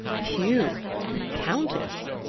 whew a countess!